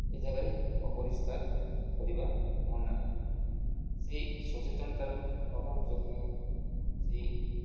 ଏ ଯାଗାରେ ଅପରିଷ୍କାର କରିବା ମନା ସେଇ ସଚେତନତାର ଅଭାବ ଯୋଗୁଁ ହିଁ ସେହି